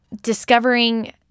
discovering